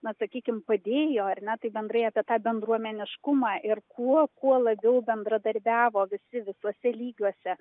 na sakykim padėjo ar ne tai bendrai apie tą bendruomeniškumą ir kuo kuo labiau bendradarbiavo visi visuose lygiuose